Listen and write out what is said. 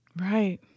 Right